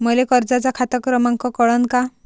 मले कर्जाचा खात क्रमांक कळन का?